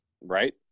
Right